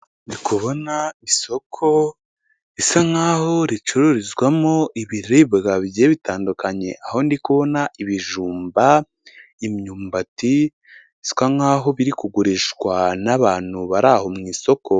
Ndi kubona isoko risa nkaho ricururizwamo ibiribwa bigiye bitandukanye, aho ndi kubona ibijumba imyumbati, bisa nk'aho biri kugurishwa n'abantu bari aho mu isoko.